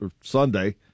Sunday